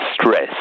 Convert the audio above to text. stress